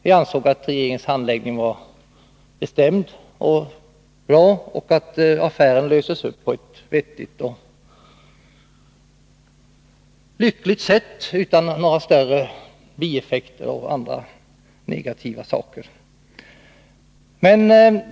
Vi anser att regeringens handläggning var bestämd och bra och att affären löstes upp på ett vettigt och lyckligt sätt utan några större bieffekter och andra negativa följder.